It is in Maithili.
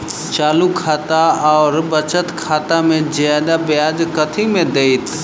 चालू खाता आओर बचत खातामे जियादा ब्याज कथी मे दैत?